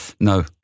No